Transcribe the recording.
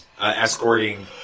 Escorting